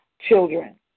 children